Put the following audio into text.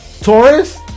Taurus